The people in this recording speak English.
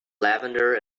lavender